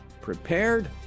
prepared